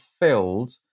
filled